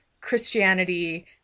Christianity